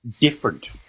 different